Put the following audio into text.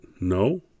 No